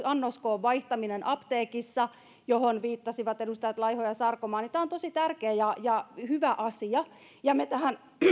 annoskoon vaihtaminen apteekissa mihin viittasivat edustajat laiho ja sarkomaa on tosi tärkeä ja ja hyvä asia ja me tähän